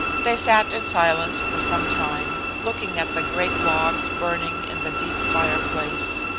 they sat in silence for some time, looking at the great logs burning in the deep fire-place.